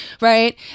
right